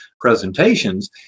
presentations